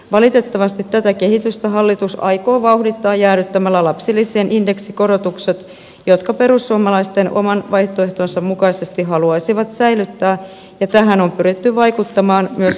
valitettavasti tätä kehitystä hallitus aikoo vauhdittaa jäädyttämällä lapsilisien indeksikorotukset jotka perussuomalaiset oman vaihtoehtonsa mukaisesti haluaisivat säilyttää ja tähän on pyritty vaikuttamaan myös vastalauseessamme